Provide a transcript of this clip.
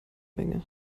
menge